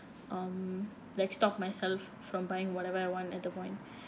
um like stop myself from buying whatever I want at the point